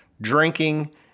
drinking